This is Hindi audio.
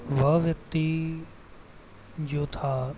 वह व्यक्ति जो था